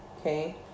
Okay